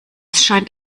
scheint